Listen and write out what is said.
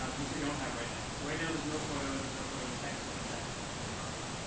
um which they don't have right now. so right now there's no photos, there's no photo and text. there's just that text only option.